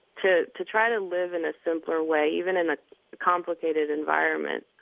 to to try to live in a simpler way even in a complicated environment,